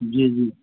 जी जी